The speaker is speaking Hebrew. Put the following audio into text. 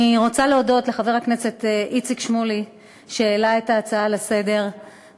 אני רוצה להודות לחבר הכנסת איציק שמולי שהעלה את ההצעה לסדר-היום,